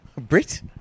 Brit